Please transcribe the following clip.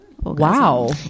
Wow